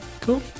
Cool